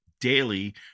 daily